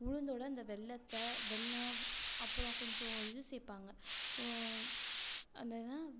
உளுந்தோட அந்த வெல்லத்தை வெல்லம் அப்புறம் கொஞ்சம் இது சேர்ப்பாங்க அந்த என்ன